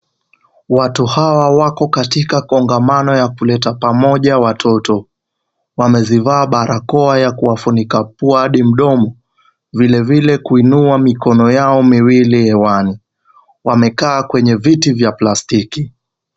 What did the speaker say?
Watu hawa wako katika kongamano ya kuleta pamoja watoto. Wamezivaa barakoa ya kuwafunika pua hadi mdomo, vile vile kuinua mikono yao miwili hewani. Wamekaa kwenye viti vya plastiki.